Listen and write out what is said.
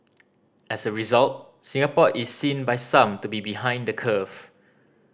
as a result Singapore is seen by some to be behind the curve